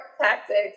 tactics